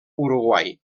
uruguai